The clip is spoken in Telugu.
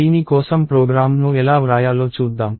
దీని కోసం ప్రోగ్రామ్ను ఎలా వ్రాయాలో చూద్దాం